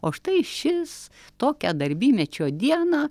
o štai šis tokią darbymečio dieną